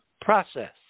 process